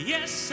Yes